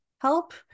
help